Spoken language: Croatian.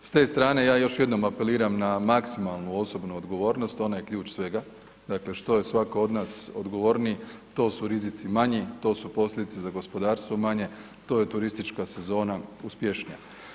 S te strane, ja još jednom apeliram na maksimalnu osobnu odgovornost, ona je ključ svega, dakle, što je svatko od nas odgovorniji, to su rizici manji, to su posljedice za gospodarstvo manje, to je turistička sezona uspješnija.